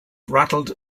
rattled